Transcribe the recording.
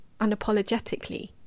unapologetically